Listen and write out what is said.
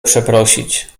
przeprosić